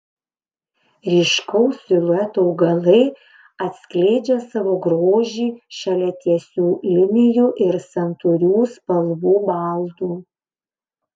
ryškaus silueto augalai atskleidžia savo grožį šalia tiesių linijų ir santūrių spalvų baldų